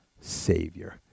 Savior